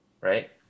Right